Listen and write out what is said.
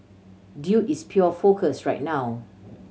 dude is pure focus right now